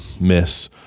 miss